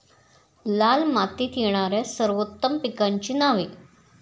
लाल मातीत येणाऱ्या सर्वोत्तम पिकांची नावे?